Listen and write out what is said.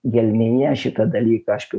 gelmėje šitą dalyką aš pilnai